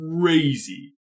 crazy